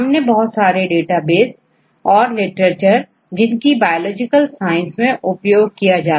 हमने बहुत सारे डेटाबेस और लिटरेचर जिनको बायोलॉजिकल साइंस में उपयोग किया जाता है देखा